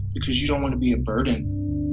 but cause you don't want to be a burden,